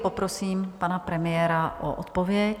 Poprosím pana premiéra o odpověď.